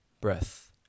Breath